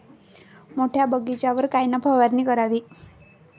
मोठ्या बगीचावर कायन फवारनी करावी?